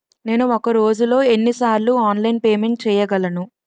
నేను ఒక రోజులో ఎన్ని సార్లు ఆన్లైన్ పేమెంట్ చేయగలను?